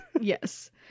Yes